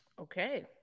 Okay